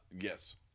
yes